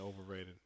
overrated